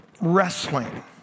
wrestling